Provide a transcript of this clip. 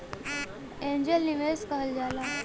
angel निवेस कहल जाला